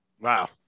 Wow